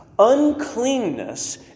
uncleanness